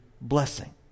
blessing